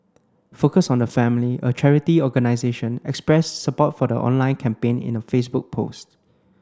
focus on the family a charity organisation expressed support for the online campaign in a Facebook post